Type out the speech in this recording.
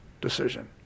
decision